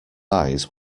eyes